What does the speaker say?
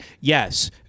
yes